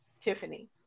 Tiffany